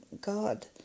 God